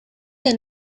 did